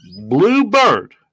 Bluebird